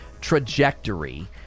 trajectory